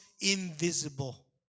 invisible